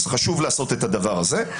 חשוב לעשות את הדבר הזה.